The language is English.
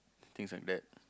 things like that